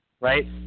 right